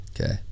Okay